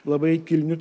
labai kilniu